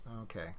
Okay